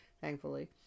thankfully